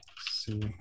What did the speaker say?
see